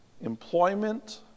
employment